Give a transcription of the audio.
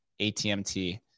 ATMT